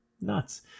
Nuts